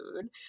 food